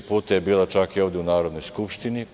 Više puta je bila, čak i ovde u Narodnoj skupštini.